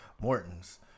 Morton's